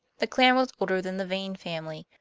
the clan was older than the vane family,